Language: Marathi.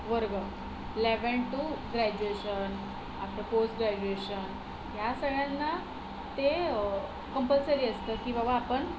वर्ग eleven to graduation after post graduation ह्या सगळ्यांना ते कंपल्सरी असतं की बाबा आपण